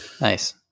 nice